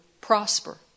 prosper